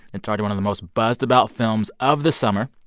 it's already one of the most buzzed-about films of the summer.